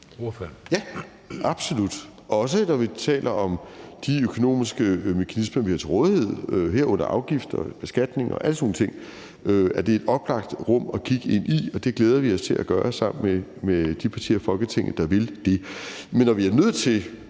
Ja, absolut. Også når vi taler om de økonomiske mekanismer, vi har til rådighed, herunder afgifter, beskatning og alle sådan nogle ting, er det et oplagt rum at kigge ind i, og det glæder vi os til at gøre sammen med de partier i Folketinget, der vil det. Men når vi er nødt til